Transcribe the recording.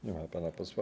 Nie ma pana posła.